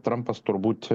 trampas turbūt